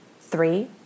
Three